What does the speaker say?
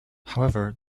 however